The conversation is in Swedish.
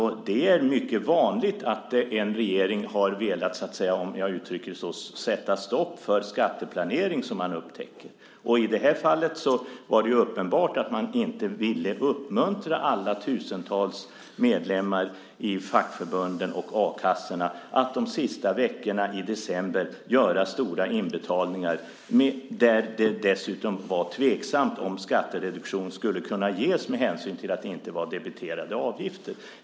Det är mycket vanligt att en regering har velat "sätta stopp" för skatteplanering. I det här fallet var det uppenbart att man inte ville uppmuntra alla tusentals medlemmar i fackförbunden och a-kassorna att de sista veckorna i december göra stora inbetalningar där det dessutom var tveksamt om skattereduktion skulle kunna ges med hänsyn till att det inte var fråga om debiterade avgifter.